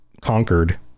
conquered